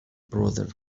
brother